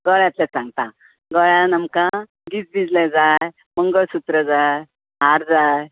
गळ्यांतले सांगतां गळ्यान आमकां गिजबिजले जाय मंगळसूत्र जाय हार जाय